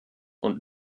und